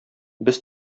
без